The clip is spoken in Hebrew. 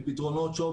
פתרונות ---,